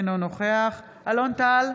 אינו נוכח אלון טל,